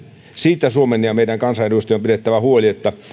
siitä suomen ja meidän kansanedustajien on pidettävä huoli että